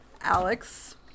Alex